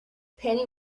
penny